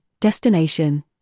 destination